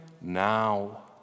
now